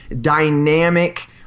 dynamic